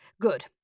Good